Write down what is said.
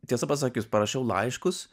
tiesą pasakius parašiau laiškus